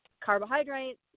carbohydrates